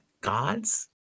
gods